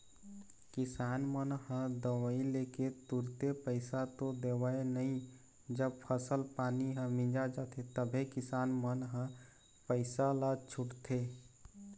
किसान मन ह दवई लेके तुरते पइसा तो देवय नई जब फसल पानी ह मिंजा जाथे तभे किसान मन ह पइसा ल छूटथे